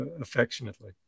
affectionately